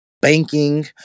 banking